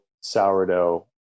sourdough